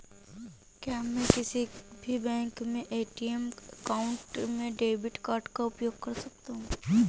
क्या मैं किसी भी बैंक के ए.टी.एम काउंटर में डेबिट कार्ड का उपयोग कर सकता हूं?